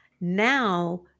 Now